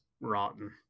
Rotten